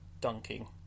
dunking